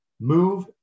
move